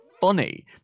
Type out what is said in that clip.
funny